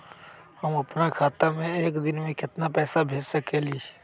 हम अपना खाता से एक दिन में केतना पैसा भेज सकेली?